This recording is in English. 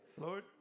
Lord